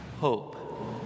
hope